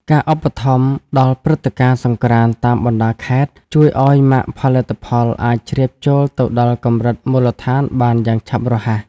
ការឧបត្ថម្ភដល់ព្រឹត្តិការណ៍សង្ក្រាន្តតាមបណ្តាខេត្ត ជួយឱ្យម៉ាកផលិតផលអាចជ្រាបចូលទៅដល់កម្រិតមូលដ្ឋានបានយ៉ាងឆាប់រហ័ស។